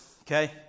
Okay